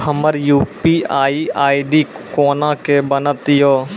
हमर UPI ID कोना के बनत यो?